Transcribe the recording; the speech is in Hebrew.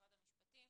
משרד המשפטים,